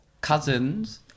cousins